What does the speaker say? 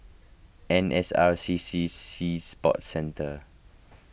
N S R C C Sea Sports Centre